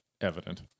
evident